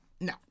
No